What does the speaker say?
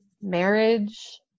marriage